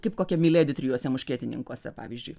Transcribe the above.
kaip kokia miledi trijuose muškietininkuose pavyzdžiui